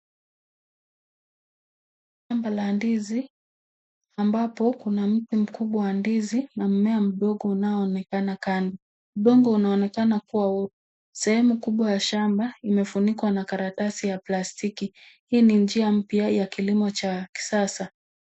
Shamba la ndizi ambapo kuna mti mkubwa wa ndizi na mmea mdogo unaoonekana kando. Udongo unaonekana kuwa sehemu kubwa ya shamba imefunikwa na karatasi ya plastiki. Hii ni njia mpya ya kilimo cha kisasa.